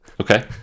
okay